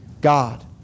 God